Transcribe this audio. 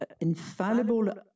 infallible